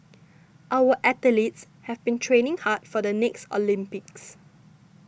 our athletes have been training hard for the next Olympics